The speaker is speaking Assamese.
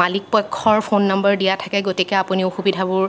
মালিকপক্ষৰ ফোন নাম্বাৰ দিয়া থাকে গতিকে আপুনি অসুবিধাবোৰ